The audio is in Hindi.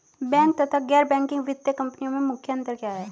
बैंक तथा गैर बैंकिंग वित्तीय कंपनियों में मुख्य अंतर क्या है?